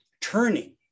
turning